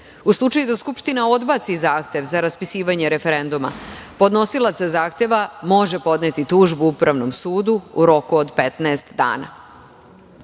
U slučaju da Skupština odbaci zahtev za raspisivanje referenduma podnosilac zahteva može podneti tužbu Upravnom sudu u roku od 15.